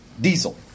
diesel